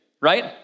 right